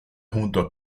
junto